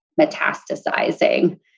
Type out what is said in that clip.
metastasizing